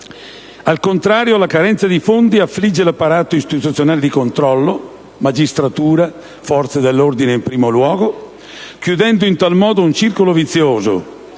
Al contrario, la carenza di fondi affligge l'apparato istituzionale di controllo (magistratura e forze dell'ordine in primo luogo), chiudendo in tal modo un circolo vizioso,